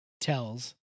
Tells